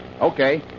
Okay